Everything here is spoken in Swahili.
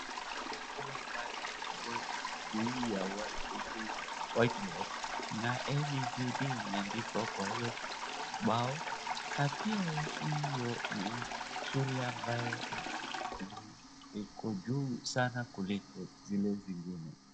Naona ruler ambayo imewekwa juu ya whiteboard na a,b,c,d imeandikwa kwa hiyo ubao, na pia hiyo ni shule ambayo iko juu sana kuliko zile zingine.